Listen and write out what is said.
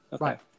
right